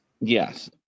Yes